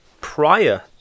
prior